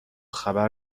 خبر